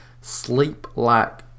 sleep-like